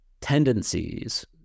tendencies